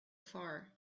far